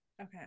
Okay